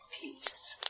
peace